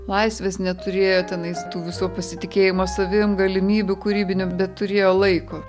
laisvės neturėjo tenais tų visų pasitikėjimo savim galimybių kūrybinių bet turėjo laiko